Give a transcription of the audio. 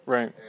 Right